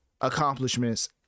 accomplishments